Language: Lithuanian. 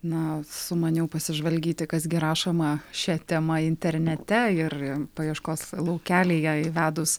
na sumaniau pasižvalgyti kas gi rašoma šia tema internete ir paieškos laukelyje įvedus